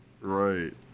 right